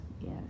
yes